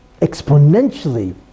exponentially